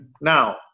Now